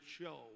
show